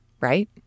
right